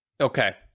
Okay